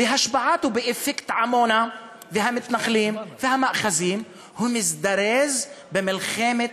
בהשפעת או באפקט עמונה והמתנחלים והמאחזים הוא מזדרז במלחמת